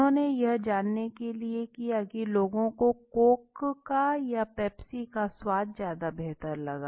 उन्होंने यह जानने के लिए किया की लोगों को कोक का या पेप्सी का स्वास ज़्यादा बेहतर लगा